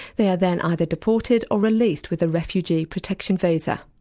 they are then either deported or released with a refugee protection visa.